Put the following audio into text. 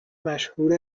مشهور